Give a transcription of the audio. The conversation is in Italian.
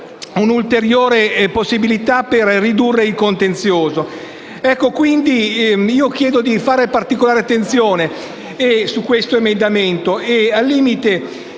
Grazie